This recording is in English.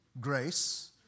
grace